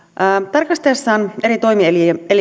tarkastaessaan eri toimielimiä